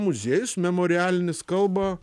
muziejus memorialinis kalba